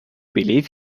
believe